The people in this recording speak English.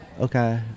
Okay